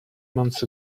months